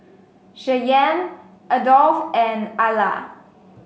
Cheyanne Adolf and Alla